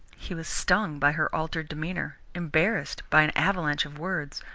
he was stung by her altered demeanour, embarrassed by an avalanche of words.